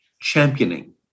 championing